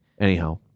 anyhow